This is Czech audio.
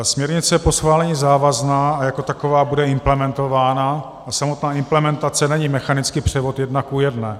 Směrnice je po schválení závazná a jako taková bude implementována, a samotná implementace není mechanický převod 1:1.